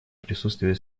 присутствие